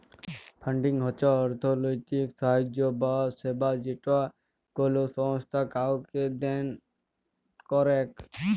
funding হচ্ছ অর্থলৈতিক সাহায্য বা সেবা যেটা কোলো সংস্থা কাওকে দেন করেক